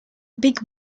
big